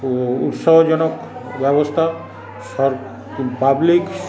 উৎসাহজনক ব্যবস্থা পাবলিক